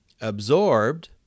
absorbed